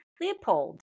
Leopold